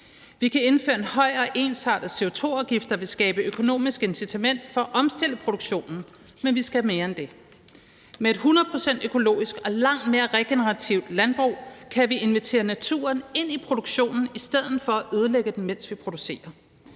Vi kan indføre en høj og ensartet CO2-afgift, der vil skabe et økonomisk incitament for at omstille produktionen, men vi skal mere end det. Med et 100 pct. økologisk og langt mere regenerativt landbrug kan vi invitere naturen ind i produktionen i stedet for at ødelægge den, mens vi producerer;